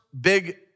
big